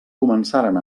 començaren